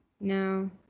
No